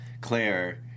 Claire